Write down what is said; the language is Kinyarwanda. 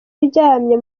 uryamye